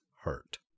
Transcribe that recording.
hurt